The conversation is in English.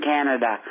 Canada